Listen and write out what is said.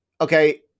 okay